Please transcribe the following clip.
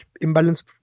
imbalance